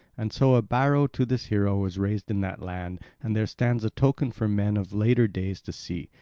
and so a barrow to this hero was raised in that land, and there stands a token for men of later days to see,